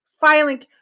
filing